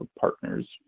partners